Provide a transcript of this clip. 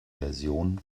version